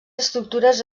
estructures